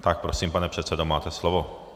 Tak prosím, pane předsedo, máte slovo.